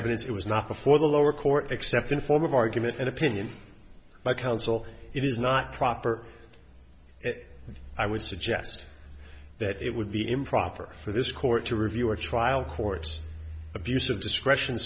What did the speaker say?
evidence it was not before the lower court except in form of argument and opinion by counsel it is not proper and i would suggest that it would be improper for this court to review or trial courts abuse of discretion